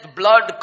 blood